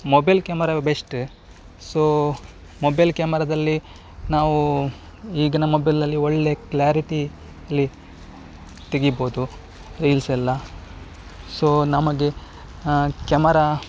mobile ಕ್ಯಾಮರವೇ best so mobile ಕ್ಯಾಮರಾದಲ್ಲಿ ನಾವು ಈಗಿನ ಮೊಬೈಲ್ನಲ್ಲಿ ಒಳ್ಳೆಯ ಕ್ಲಾರಿಟಿಲಿ ತೆಗಿಬೋದು ರೀಲ್ಸ್ ಎಲ್ಲ ಸೊ ನಮಗೆ ಕ್ಯಮರಾ